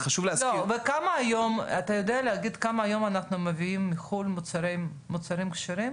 אתה יודע להגיד כמה היום אנחנו מייבאים מחו"ל מוצרים כשרים?